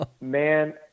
man